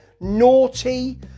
naughty